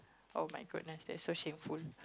oh-my-goodness thats so shameful